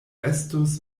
estus